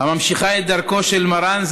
הממשיכה את דרכו של מרן,